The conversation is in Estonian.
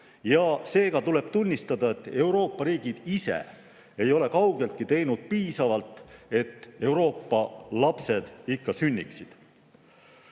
Seega tuleb tunnistada, et Euroopa riigid ise ei ole kaugeltki teinud piisavalt, et Euroopa lapsed ikka sünniksid.